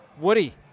Woody